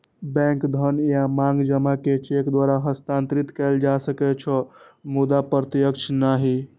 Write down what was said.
bank धन या मांग जमा कें चेक द्वारा हस्तांतरित कैल जा सकै छै, मुदा प्रत्यक्ष नहि